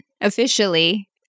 officially